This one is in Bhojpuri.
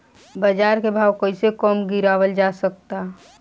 बाज़ार के भाव कैसे कम गीरावल जा सकता?